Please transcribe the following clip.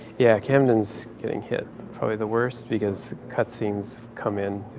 yeah. camden's getting hit probably the worst because cut scenes come in,